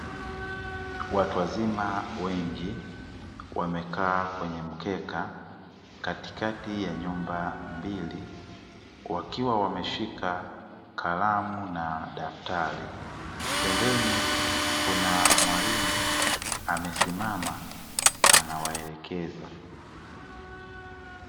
Watu wazima wengi wamekaa kwenye mkeka katikati ya nyumba mbili wakiwa wameshika kalamu na daftari, pembeni kuna mwalimu amesimama anawaelekeza.